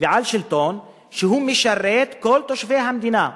ועל שלטון שמשרת כל תושבי המדינה,